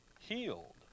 healed